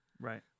Right